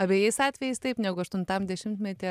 abejais atvejais taip negu aštuntam dešimtmety ar